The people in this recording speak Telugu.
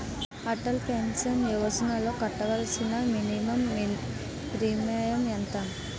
అటల్ పెన్షన్ యోజనలో కట్టవలసిన మినిమం ప్రీమియం ఎంత?